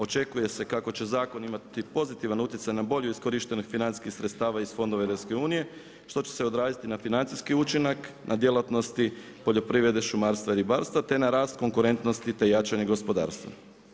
Očekuje se kako će zakon imati pozitivan utjecaj na bolju iskorištenost financijskih sredstava iz fondova EU, što će se odraziti na financijski učinak, na djelatnosti poljoprivrede, šumarstva i ribarstva, te na rast konkurentnosti te jačanje gospodarstva.